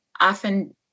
often